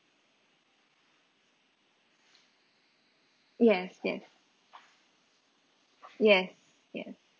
yes yes yes yes